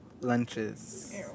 lunches